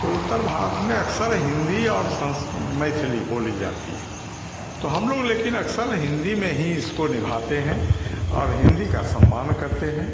तो उत्तर भारत में अक्सर हिन्दी और सन्स मैथिली बोली जाती है तो हमलोग लेकिन अक्सर हिन्दी में ही इसको निभाते हैं और हिन्दी का सम्मान करते हैं